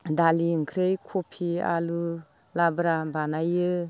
दालि ओंख्रि कबि आलु लाब्रा बानायो